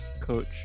coach